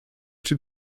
czy